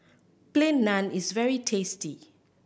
Plain Naan is very tasty